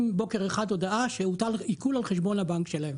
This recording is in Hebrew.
בוקר אחד הודעה שהוטל עיקול על חשבון הבנק שלהם